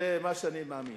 זה מה שאני מאמין.